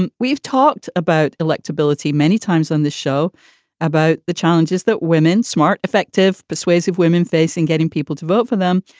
and we've talked about electability many times on this show about the challenges that women, smart, effective, persuasive women face in getting people to vote for them.